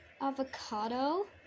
avocado